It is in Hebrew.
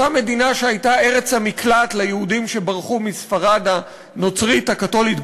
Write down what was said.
אותה מדינה שהייתה ארץ המקלט ליהודים שברחו מספרד הנוצרית הקתולית,